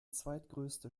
zweitgrößte